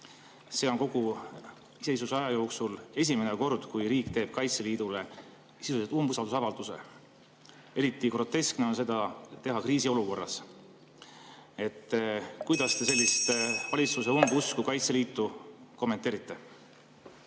See on kogu iseseisvusaja jooksul esimene kord, kui riik teeb Kaitseliidule sisuliselt umbusaldusavalduse. Eriti groteskne on seda teha kriisiolukorras. Kuidas te sellist valitsuse umbusku Kaitseliidu vastu kommenteerite?